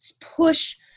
Push